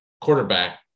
quarterback